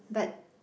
but